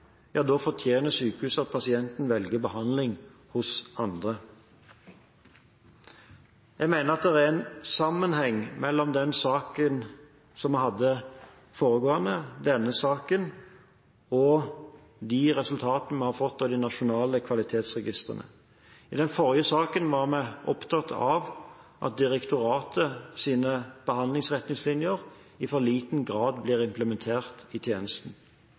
ja, da fortjener sykehuset at pasienten velger behandling hos andre. Jeg mener at det er en sammenheng mellom den forrige saken, denne saken og de resultatene vi har fått av de nasjonale kvalitetsregistrene. I den forrige saken var vi opptatt av at direktoratets behandlingsretningslinjer i for liten grad blir implementert i tjenesten.